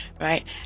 right